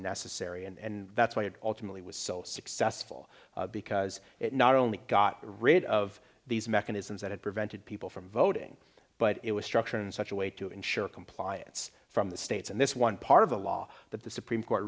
necessary and that's why it ultimately was so successful because it not only got rid of these mechanisms that prevented people from voting but it was structured in such a way to ensure compliance from the states and this one part of the law that the supreme court